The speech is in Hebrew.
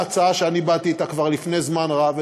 ההצעה שאני באתי אתה כבר לפני זמן רב,